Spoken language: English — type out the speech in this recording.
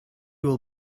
will